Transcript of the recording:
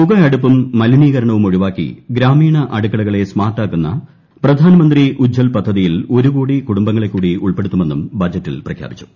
പുക അടുപ്പും മലിനീകരണവും ഒഴിവാക്കി ഗ്രാമീണ അടുക്കളകളെ സ്മാർട്ടാക്കുന്ന പ്രധാനമന്ത്രി ഉജ്വൽ പദ്ധതിയിൽ ഒരു കോടി കുടുംബങ്ങളെക്കൂടി ഉൾപ്പെടുത്തുമെന്നും ബജറ്റിൽ പ്രഖ്യാപിച്ചു